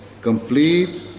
complete